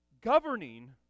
governing